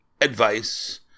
advice